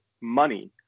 money